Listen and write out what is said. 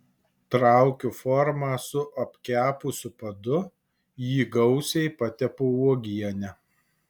traukiu formą su apkepusiu padu jį gausiai patepu uogiene